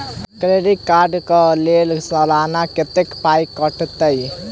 Credit card कऽ लेल सलाना कत्तेक पाई कटतै?